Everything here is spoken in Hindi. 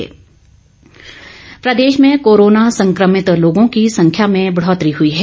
तीन पॉजिटिव प्रदेश में कोरोना संक्रमित लोगों की संख्या में बढौतरी हई है